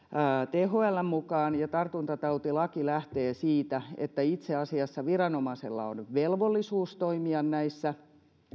thln mukaan ja tartuntatautilaki lähtee siitä että itse asiassa viranomaisella on velvollisuus toimia näissä